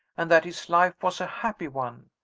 and that his life was a happy one.